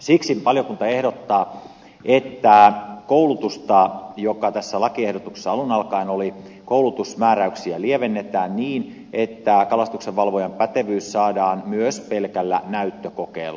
siksi valiokunta ehdottaa että tässä lakiehdotuksessa alun alkaen olevia koulutusmääräyksiä lievennetään niin että kalastuksenvalvojan pätevyys saadaan myös pelkällä näyttökokeella